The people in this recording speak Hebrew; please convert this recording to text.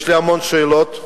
יש לי המון שאלות,